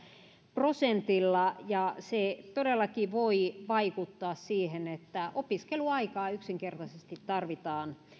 prosentilla ja se todellakin voi vaikuttaa siihen että opiskeluaikaa yksinkertaisesti tarvitaan